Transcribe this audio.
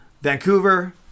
Vancouver